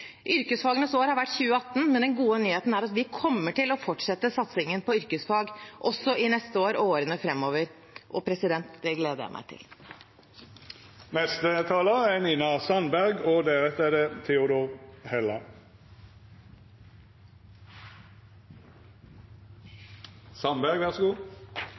har vært yrkesfagenes år, men den gode nyheten er at vi kommer til å fortsette satsingen på yrkesfag også neste år og i årene framover. Det gleder jeg meg til. Arbeiderpartiet investerer i alles kompetanse og